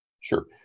Sure